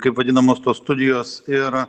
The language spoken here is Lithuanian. kaip vadinamos tos studijos ir